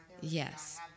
Yes